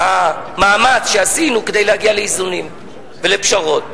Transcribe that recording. המאמץ שעשינו כדי להגיע לאיזונים ולפשרות.